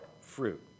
fruit